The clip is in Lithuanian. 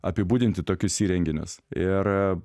apibūdinti tokius įrenginius ir